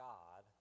God